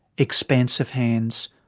expansive hands,